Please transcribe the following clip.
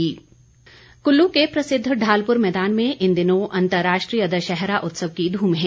कुल्लू दशहरा कुल्लू के प्रसिद्ध ढालपुर मैदान में इन दिनों अंतर्राष्ट्रीय दशहरा उत्सव की धूम है